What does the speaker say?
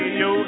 yo